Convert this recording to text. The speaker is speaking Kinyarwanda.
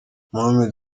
mohamed